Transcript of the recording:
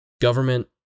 government